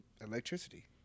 electricity